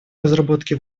разработке